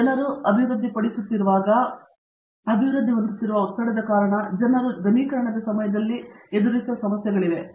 ಜನರು ಅಭಿವೃದ್ಧಿಪಡಿಸುತ್ತಿರುವಾಗ ಅಭಿವೃದ್ಧಿ ಹೊಂದುತ್ತಿರುವ ಒತ್ತಡದ ಕಾರಣ ಜನರು ಘನೀಕರಣದ ಸಮಯದಲ್ಲಿ ಎದುರಾಗುವ ಸಮಸ್ಯೆಗಳಿವೆ